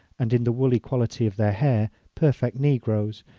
and in the woolly quality of their hair, perfect negroes,